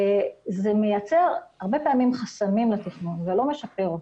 הרבה פעמים זה מייצר חסמים לתכנון ולא משפר אותו.